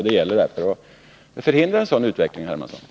Det gäller därför att förhindra en sådan utveckling, herr Hermansson.